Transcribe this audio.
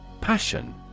Passion